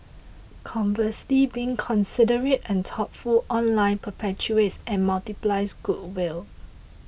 conversely being considerate and thoughtful online perpetuates and multiplies goodwill